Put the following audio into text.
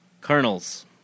Kernels